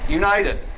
united